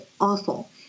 awful